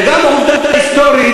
וגם העובדה ההיסטורית,